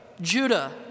Judah